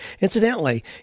Incidentally